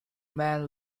man